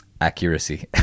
Accuracy